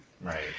Right